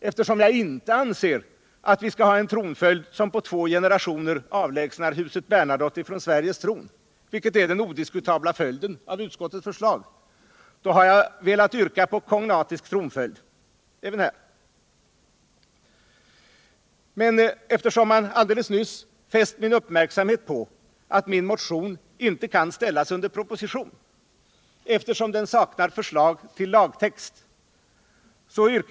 Eftersom jag inte anser att vi skall ha en tronföljd som på två generationer avlägsnar huset Bernadotte från Sveriges tron — vilket är den odiskutabla följden av utskottets förslag — har jag velat yrka på kognatisk tronföljd. Man har nyss fäst min uppmärksamhet på att min motion inte kan ställas under proposition eftersom den saknar förslag tilj lagtext.